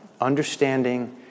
understanding